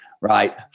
Right